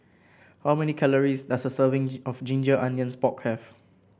how many calories does a serving of Ginger Onions Pork have